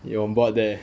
you on board there